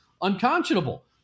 unconscionable